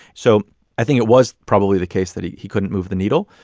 so i think it was probably the case that he he couldn't move the needle.